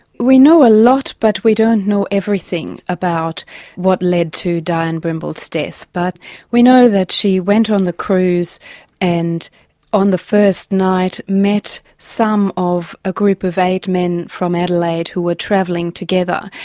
we knew a lot, but we don't know everything about what led to dianne brimble's death, but we know that she went on the cruise and on the first night, met some of a group of eight men from adelaide who were travelling together.